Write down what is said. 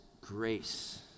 grace